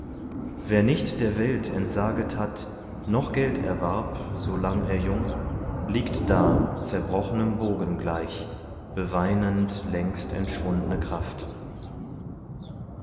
wer nicht der welt entsaget hat noch geld erwarb so lang er jung liegt da zerbrochnem bogen gleich beweinend längstentschwundne kraft